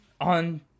on